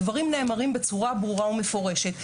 הדברים נאמרים בצורה ברורה ומפורשת.